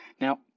Now